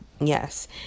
yes